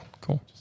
cool